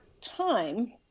time